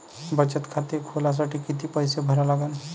बचत खाते खोलासाठी किती पैसे भरा लागन?